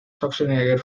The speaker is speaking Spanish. schwarzenegger